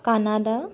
Canada